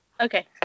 Okay